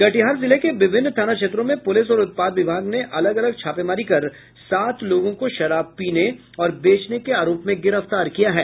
कटिहार जिले के विभिन्न थाना क्षेत्रों में पुलिस और उत्पाद विभाग ने अलग अलग छापेमारी कर सात लोगों को शराब पीने और बेचने के आरोप में गिरफ्तार किया है